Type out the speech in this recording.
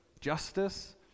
justice